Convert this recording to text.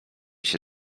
się